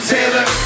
Taylor